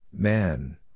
Man